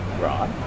Right